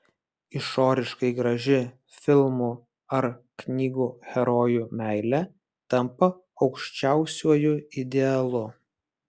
išoriškai graži filmų ar knygų herojų meilė tampa aukščiausiuoju idealu